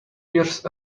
hears